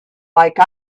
like